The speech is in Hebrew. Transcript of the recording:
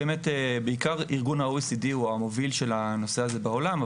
בעיקר ארגון ה-OECD הוא המוביל של הנושא הזה בעולם,